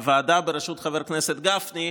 הוועדה בראשות חבר הכנסת גפני,